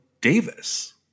Davis